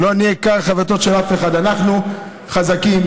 אנחנו חזקים.